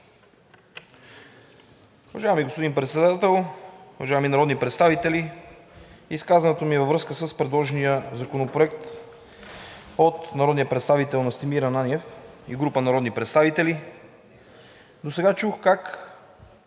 Досега чух как